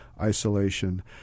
isolation